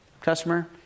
customer